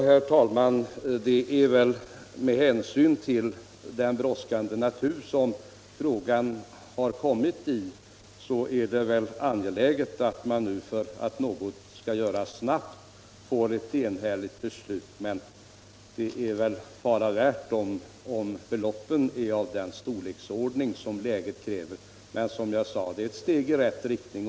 Herr talman! Med hänsyn till det brådskande läge frågan har kommit i är det väl angeläget att man nu, för att något skall göras snabbt, får ett enhälligt beslut. Det är fara värt att beloppen inte är av den storleksordning som läget kräver, men det är — som jag sade — ett steg i rätt riktning.